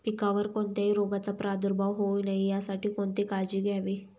पिकावर कोणत्याही रोगाचा प्रादुर्भाव होऊ नये यासाठी कोणती काळजी घ्यावी?